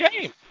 game